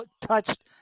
touched